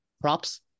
Props